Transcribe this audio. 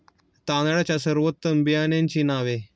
तांदळाच्या सर्वोत्तम बियाण्यांची नावे?